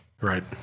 Right